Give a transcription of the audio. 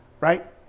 right